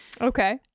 Okay